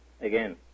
again